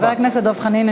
חבר הכנסת דב חנין,